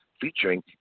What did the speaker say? featuring